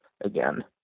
again